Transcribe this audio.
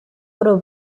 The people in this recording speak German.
oder